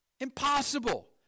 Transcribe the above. Impossible